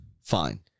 Fine